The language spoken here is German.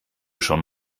schon